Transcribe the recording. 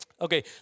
Okay